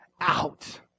out